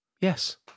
yes